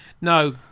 No